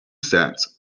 cents